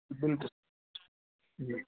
بالکل جی